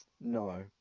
No